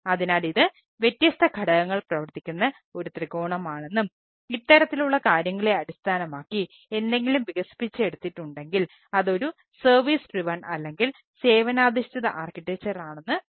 അതിനാൽ ഇത് വ്യത്യസ്ത ഘടകങ്ങൾ പ്രവർത്തിക്കുന്ന ഒരു ത്രികോണമാണെന്നും ഇത്തരത്തിലുള്ള കാര്യങ്ങളെ അടിസ്ഥാനമാക്കി എന്തെങ്കിലും വികസിപ്പിച്ചെടുത്തിട്ടുണ്ടെങ്കിൽ അത് ഒരു സർവീസ് ട്രിവൺ ആണെന്ന് പറയുന്നു